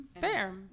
Fair